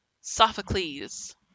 Sophocles